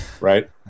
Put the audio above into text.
right